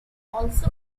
also